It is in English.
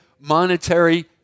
monetary